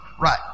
Right